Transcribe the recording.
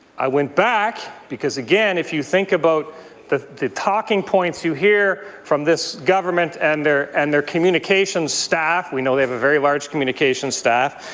i went back because, again, if you think about the the talking points you hear from this government and their and their communications staff, we know they have a very large communications staff,